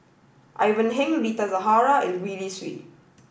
Ivan Heng Rita Zahara and Gwee Li Sui